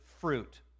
fruit